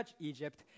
Egypt